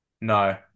No